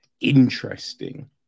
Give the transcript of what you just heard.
interesting